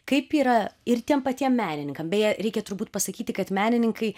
kaip yra ir tiem patiem menininkam beje reikia turbūt pasakyti kad menininkai